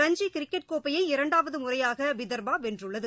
Ranji cricket கோப்பையை இரண்டாவது முறையாக விதர்பா வென்றுள்ளது